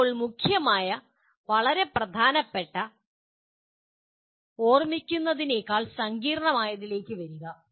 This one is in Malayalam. ഇപ്പോൾ മുഖ്യമായ മറ്റൊന്ന് വളരെ പ്രധാനപ്പെട്ട ഓർമ്മിക്കുന്നതിനെക്കാൾ സങ്കീർണ്ണമായതിലേക്ക് വരിക